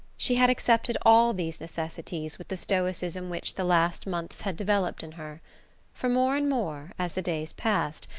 she had accepted all these necessities with the stoicism which the last months had developed in her for more and more, as the days passed,